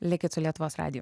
likit su lietuvos radiju